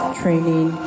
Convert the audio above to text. training